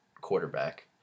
quarterback